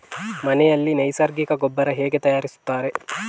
ಮನೆಯಲ್ಲಿ ನೈಸರ್ಗಿಕ ಗೊಬ್ಬರ ಹೇಗೆ ತಯಾರಿಸುತ್ತಾರೆ?